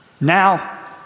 Now